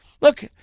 look